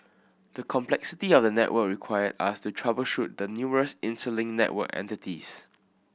the complexity of the network required us to troubleshoot the numerous interlinked network entities